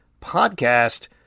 podcast